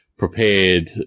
prepared